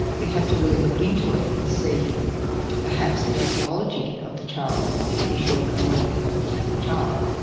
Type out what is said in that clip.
we have to really look into it and see perhaps the physiology of the child, if fish oil can work for that particular child.